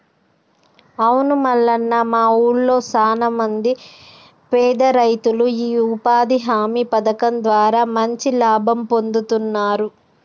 అవును మల్లన్న మా ఊళ్లో సాన మంది పేద రైతులు ఈ ఉపాధి హామీ పథకం ద్వారా మంచి లాభం పొందుతున్నారు